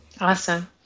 awesome